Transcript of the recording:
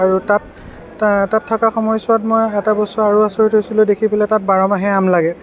আৰু তাত তাত থকা সময়ছোৱাত মই এটা বস্তু আৰু আচৰিত হৈছিলোঁ দেখি পেলাই তাত বাৰ মাহেই আম লাগে